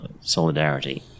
solidarity